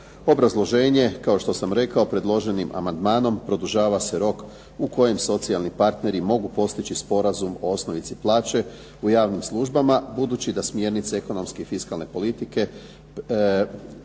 Obrazloženje kao što sam rekao predloženim amandmanom produžava se rok u kojem socijalni partneri mogu postići sporazum o osnovici plaće u javnim službama budući da smjernice ekonomske i fiskalne politike, umjesto